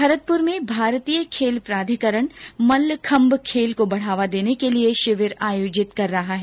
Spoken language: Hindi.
भरतपुर में भारतीय खेल प्राधिकरण मल्लखम्भ खेल को बढावा देने के लिए शिविर आयोजित कर रहा है